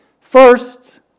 First